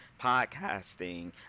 podcasting